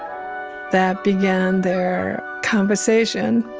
that began their conversation